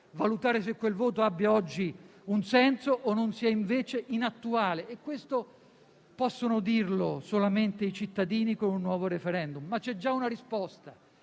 valutare se quel voto abbia oggi un senso o non sia invece inattuale; e questo possono dirlo solamente i cittadini, con un nuovo *referendum*. Ma c'è già una risposta,